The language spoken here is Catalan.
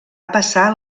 passar